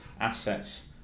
assets